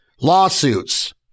Lawsuits